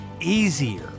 easier